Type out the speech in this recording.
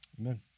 Amen